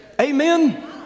Amen